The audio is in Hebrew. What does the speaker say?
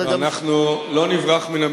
ואנחנו לא נברח מן המציאות.